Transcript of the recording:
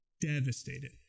devastated